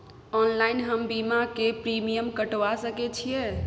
Online हम बीमा के प्रीमियम कटवा सके छिए?